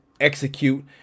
execute